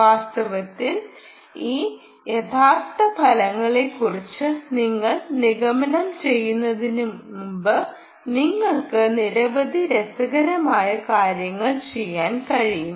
വാസ്തവത്തിൽ ഈ യഥാർത്ഥ ഫലങ്ങളെക്കുറിച്ച് നിങ്ങൾ നിഗമനം ചെയ്യുന്നതിനുമുമ്പ് നിങ്ങൾക്ക് നിരവധി രസകരമായ കാര്യങ്ങൾ ചെയ്യാൻ കഴിയും